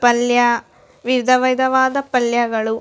ಪಲ್ಯ ವಿಧ ವಿಧವಾದ ಪಲ್ಯಗಳು